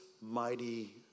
mighty